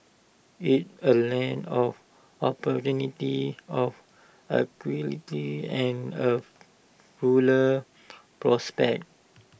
it's A land of opportunity of equality and of fuller prospects